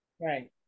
Right